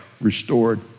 restored